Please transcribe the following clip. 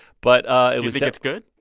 but. ah do you think it's good?